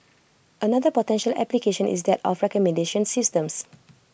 another potential application is that of recommendation systems